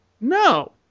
no